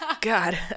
God